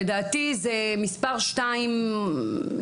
לדעתי זה מספר 2 בתמותה.